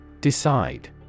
Decide